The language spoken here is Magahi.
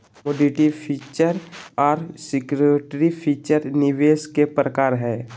कमोडिटी फीचर आर सिक्योरिटी फीचर निवेश के प्रकार हय